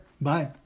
Bye